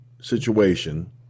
situation